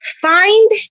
Find